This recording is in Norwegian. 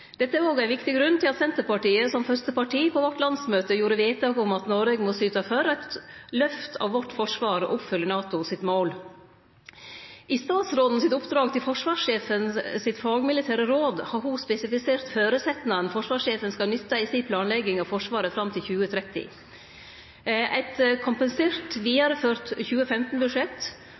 Dette er òg ein viktig grunn til at Senterpartiet, som fyrste parti, på landsmøtet vårt gjorde vedtak om at Noreg må syte for eit lyft for forsvaret vårt og oppfylle NATOs mål. I statsråden sitt oppdrag til forsvarssjefen sitt fagmilitære råd har ho spesifisert føresetnaden forsvarssjefen skal nytte i planlegginga si av Forsvaret fram til 2030. Eit kompensert vidareført 2015-budsjett og eit budsjett